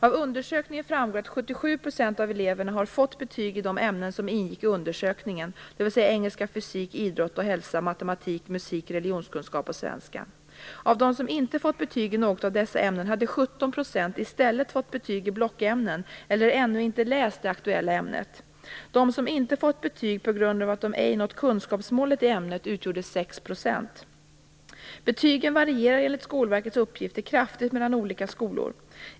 Av undersökningen framgår att 77 % av eleverna har fått betyg i de ämnen som ingick i undersökningen, dvs. engelska, fysik, idrott och hälsa, matematik, musik, religionskunskap och svenska. Av dem som inte fått betyg i något av dessa ämnen hade 17 % i stället fått betyg i blockämnen eller ännu inte läst det aktuella ämnet. De som inte fått betyg på grund av att de ej nått kunskapsmålet i ämnet utgjorde 6 %. Betygen varierar enligt Skolverkets uppgifter kraftigt mellan olika skolor.